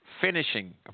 finishing